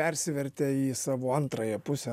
persivertė į savo antrąją pusę